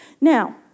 Now